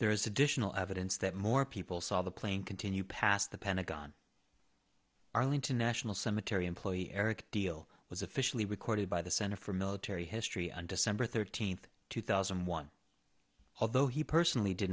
there is additional evidence that more people saw the plane continue past the pentagon arlington national cemetery employee eric deal was officially recorded by the center for military history on december thirteenth two thousand and one of the he personally did